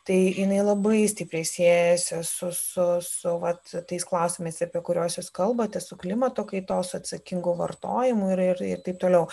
tai jinai labai stipriai siejasi su su su vat tais klausimais apie kuriuos jūs kalbate su klimato kaitos atsakingu vartojimu ir ir taip toliau